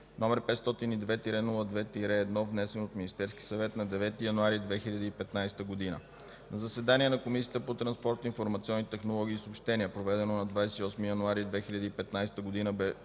г., № 502-02-1, внесен от Министерския съвет на 9 януари 2015 г. На заседание на Комисията по транспорт, информационни технологии и съобщения, проведено на 28 януари 2015 г.